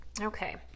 okay